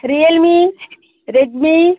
Realme Redmi